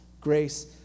Grace